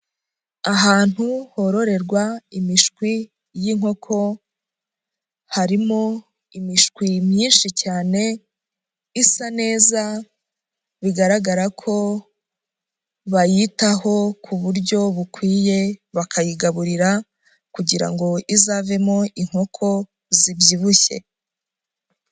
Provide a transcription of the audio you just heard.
Ahantu hororerwa imishwi y'inkoko, harimo imishwi myinshi cyane, isa neza bigaragara ko bayitaho kuburyo bukwiye, bakayigaburira kugira ngo izavemo inkoko zibyibushye.